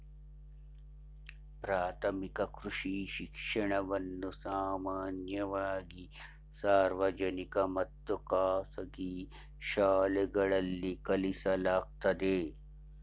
ಪ್ರಾಥಮಿಕ ಕೃಷಿ ಶಿಕ್ಷಣವನ್ನ ಸಾಮಾನ್ಯವಾಗಿ ಸಾರ್ವಜನಿಕ ಮತ್ತು ಖಾಸಗಿ ಶಾಲೆಗಳಲ್ಲಿ ಕಲಿಸಲಾಗ್ತದೆ